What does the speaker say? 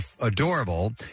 adorable